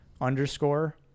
underscore